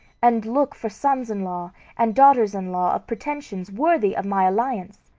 and look for sons-in-law and daughters-in-law of pretensions worthy of my alliance.